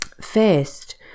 First